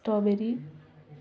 strawberry